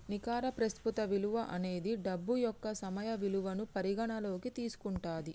నికర ప్రస్తుత విలువ అనేది డబ్బు యొక్క సమయ విలువను పరిగణనలోకి తీసుకుంటది